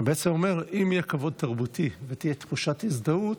הוא בעצם אומר שאם יהיה כבוד תרבותי ותהיה תחושת הזדהות,